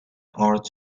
heart